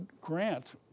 Grant